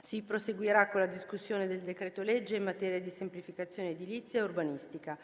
Si proseguirà con la discussione del decreto-legge in materia di semplificazione edilizia e urbanistica.